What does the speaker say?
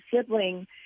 sibling